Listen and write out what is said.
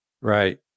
right